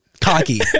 cocky